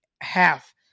half